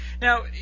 Now